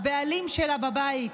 הבעלים שלה בבית,